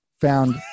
found